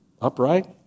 upright